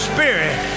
Spirit